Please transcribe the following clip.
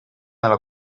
nella